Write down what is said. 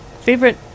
Favorite